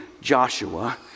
Joshua